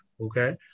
okay